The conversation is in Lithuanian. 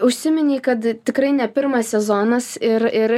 užsiminei kad tikrai ne pirmas sezonas ir ir